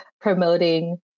promoting